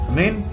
Amen